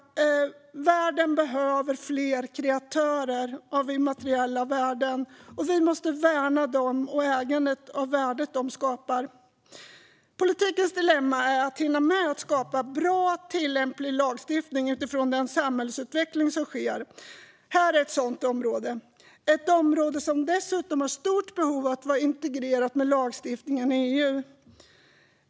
Världen behöver fler kreatörer av immateriella värden, och vi måste värna dem och ägandet av värden de skapar. Politikens dilemma är att hinna med att skapa bra, tillämpbar lagstiftning utifrån den samhällsutveckling som sker. Detta är ett sådant område, ett område som dessutom har stort behov av att vara integrerat med lagstiftning inom EU.